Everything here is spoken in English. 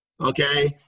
okay